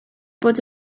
bod